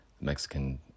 mexican